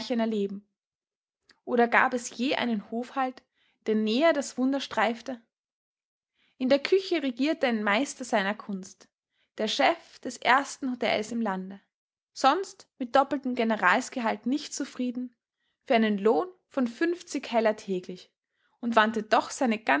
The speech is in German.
erleben oder gab es je einen hofhalt der näher das wunder streifte in der küche regierte ein meister seiner kunst der chef des ersten hotels im lande sonst mit doppeltem generalsgehalt nicht zufrieden für einen lohn von fünfzig heller täglich und wandte doch seine